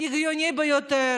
הגיוני ביותר,